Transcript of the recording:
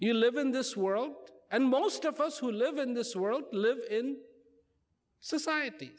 you live in this world and most of us who live in this world live in societ